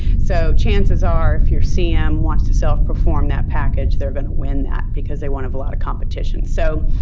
so, chances are, if your cm wants to self-perform that package, they're going to win that because they won't have a lot of competition. so,